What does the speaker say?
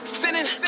sinning